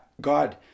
God